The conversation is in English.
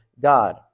God